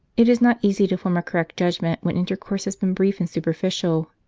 it is not easy to form a correct judgment when intercourse has been brief and superficial.